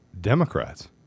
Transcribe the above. Democrats